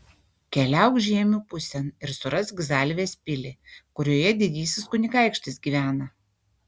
keliauk žiemių pusėn ir surask zalvės pilį kurioje didysis kunigaikštis gyvena